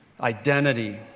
Identity